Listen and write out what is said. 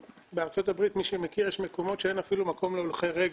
בארצות הברית מי שמכיר יש מקומות שאין אפילו מקום להולכי רגל.